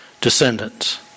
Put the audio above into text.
descendants